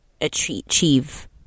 achieve